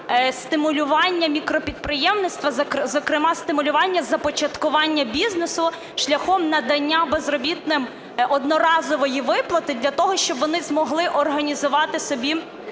стимулювання мікропідприємництва, зокрема стимулювання започаткування бізнесу шляхом надання безробітним одноразової виплати для того, щоб вони змогли організувати собі